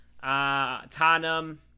Tottenham